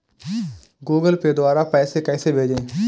Google Pay द्वारा पैसे कैसे भेजें?